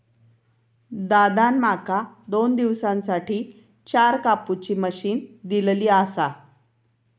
दादान माका दोन दिवसांसाठी चार कापुची मशीन दिलली आसा